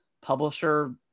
publisher